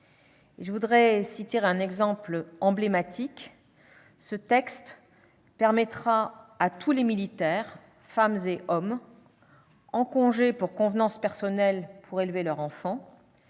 j'aimerais citer une mesure emblématique : ce texte permettra à tous les militaires, femmes et hommes, en congé pour convenance personnelle afin d'élever leur enfant,